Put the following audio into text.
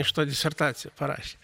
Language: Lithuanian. iš to disertaciją parašė